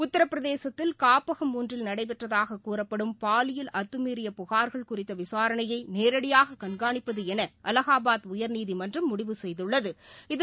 உத்திரபிரதேசத்தில் காப்பகம் ஒன்றில் நடைபெற்றதாகக் கூறப்படும் பாலியல் அத்துமீறிய குறித்தவிசாரணையைநேரடியாககண்காணிப்பதுஎனஅலகாபாத் உயர்நீதிமன்றம் புகார்கள் முடிவு செய்துள்ளது